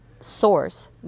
source